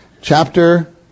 Chapter